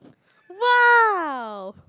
!wow!